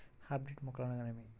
Hybrid మొక్కలు అనగానేమి?